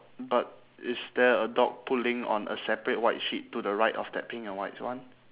but is there a dog pulling on a separate white sheet to the right of that pink and white one